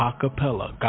Acapella